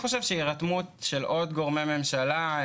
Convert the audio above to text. הירתמות של עוד גורמי ממשלה,